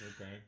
Okay